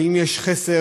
האם יש חסר,